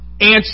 answer